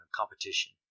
competition